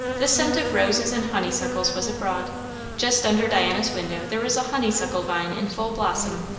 the scent of roses and honeysuckles was abroad just under diana's window there was a honeysuckle vine in full blossom,